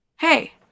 Hey